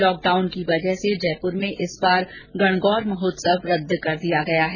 lock down की वजह से जयपुर में इस बार गणगौर महोत्सव रद्द कर दिया गया है